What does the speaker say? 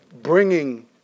Bringing